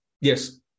Yes